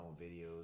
videos